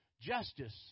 justice